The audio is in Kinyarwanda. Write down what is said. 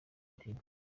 fitina